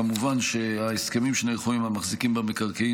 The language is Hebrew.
כמובן שההסכמים שנערכו עם המחזיקים במקרקעין